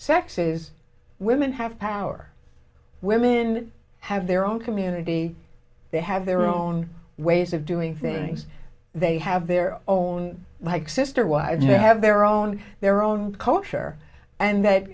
sexes women have power women have their own community they have their own ways of doing things they have their own like sister wives they have their own their own culture and that